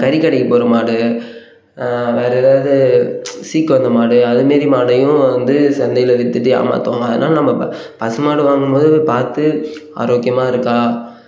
கறிக்கடைக்கு போகிற மாடு வேறு ஏதாவது சீக்கு வந்த மாடு அது மாரி மாட்டையும் வந்து சந்தையில் வித்துட்டு ஏமாற்றுவாங்க அதனால் நம்ம இப்போ பசு மாடு வாங்கும்போது பார்த்து ஆரோக்கியமாக இருக்கா